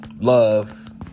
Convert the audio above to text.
love